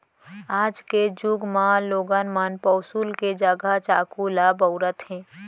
आज के जुग म लोगन मन पौंसुल के जघा चाकू ल बउरत हें